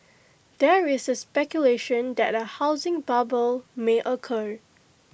there is speculation that A housing bubble may occur